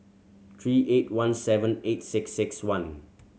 three eight one seven eight six six one